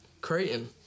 Creighton